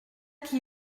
qui